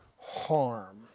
harm